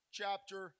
chapter